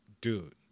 dude